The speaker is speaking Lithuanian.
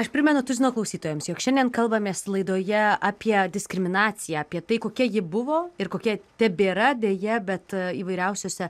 aš primenu tuzino klausytojams jog šiandien kalbamės laidoje apie diskriminaciją apie tai kokia ji buvo ir kokia tebėra deja bet įvairiausiose